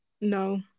no